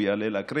והוא יעלה להקריא.